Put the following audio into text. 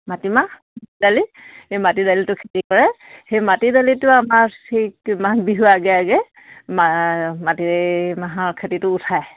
মাটিমাহ মাটি দালি এই মাটি দালিটো খেতি কৰে সেই মাটি দালিটো আমাৰ মাঘ বিহুৰ আগে আগে মা মাটি মাহৰ খেতিটো উঠায়